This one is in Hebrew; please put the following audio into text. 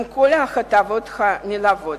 עם כל ההטבות הנלוות.